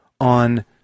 on